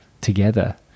together